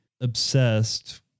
obsessed